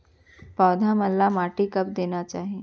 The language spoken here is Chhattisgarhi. पौधा मन ला माटी कब देना चाही?